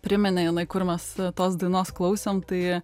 priminė jinai kur mes tos dainos klausėm tai